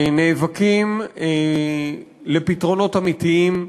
נאבקים למען פתרונות אמיתיים,